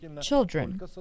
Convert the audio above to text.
children